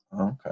Okay